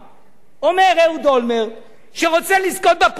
אומר אהוד אולמרט, שרוצה לזכות בפריימריז.